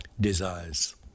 desires